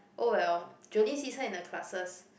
oh well Jolene sees her in her classes